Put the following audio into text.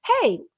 hey